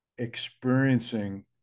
Experiencing